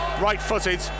Right-footed